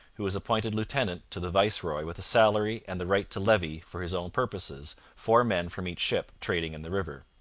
who was appointed lieutenant to the viceroy with a salary and the right to levy for his own purposes four men from each ship trading in the river.